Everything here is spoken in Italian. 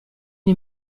una